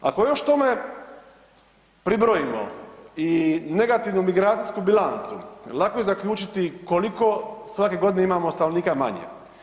Ako još tome pribrojimo i negativnu migracijsku bilancu, lako je zaključiti koliko svake godine imamo stanovnika manje.